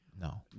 No